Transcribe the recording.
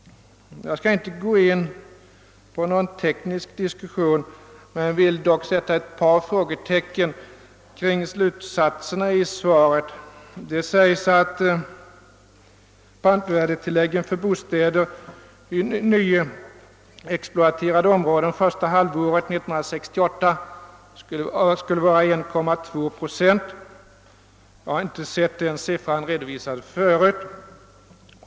Jag skall inte gå in på någon teknisk diskussion men vill sätta ett par frågetecken för slutsatserna i svaret. Inrikesministern sade att pantvärdetillägget för bostäder i nyexploaterade områden första halvåret 1968 skulle vara 1,2 procent. Jag har inte sett den siffran redovisad tidigare.